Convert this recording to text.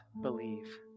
believe